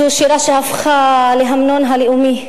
זו שירה שהפכה להמנון הלאומי,